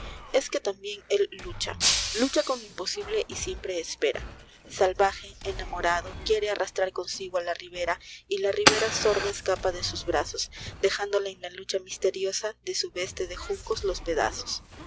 es que tambien él lucha lucha con lo imposible y siempre espera salvaje enamorado quiere arrastrar consigo á la ri a y la ribera sorda escapa de sus brazos dejándole en la lucha mist riosa de su veste de juncos los pedazos